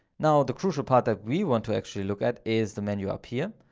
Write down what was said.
now the crucial part that we want to actually look at is the menu up here.